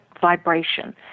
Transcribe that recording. vibration